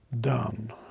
done